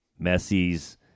Messi's